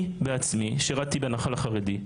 אני בעצמי שירתתי בנח"ל החרדי,